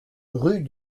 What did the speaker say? rue